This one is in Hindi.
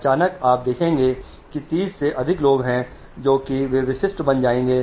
अचानक आप देखेंगे कि 30 से अधिक लोग हैं जो कि वे विशिष्ट बन जाएंगे